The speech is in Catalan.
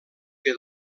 que